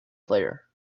player